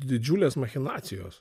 didžiulės machinacijos